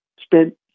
spent